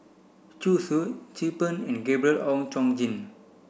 Zhu Xu Chin Peng and Gabriel Oon Chong Jin